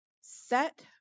set